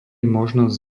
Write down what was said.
možnosť